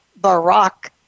Barack